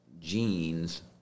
genes